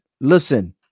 listen